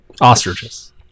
Ostriches